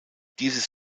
dieses